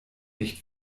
nicht